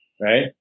right